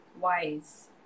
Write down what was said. wise